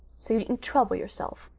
so you needn't trouble yourself,